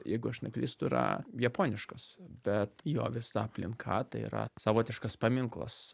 jeigu aš neklystu yra japoniškas bet jo visa aplinka tai yra savotiškas paminklas